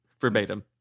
Verbatim